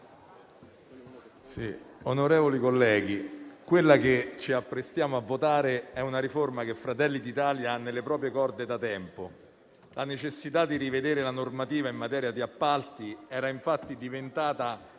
onorevoli colleghi, quella che ci apprestiamo a votare è una riforma che Fratelli d'Italia ha nelle proprie corde da tempo. La necessità di rivedere la normativa in materia di appalti era infatti diventata